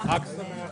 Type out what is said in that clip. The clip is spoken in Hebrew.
הישיבה ננעלה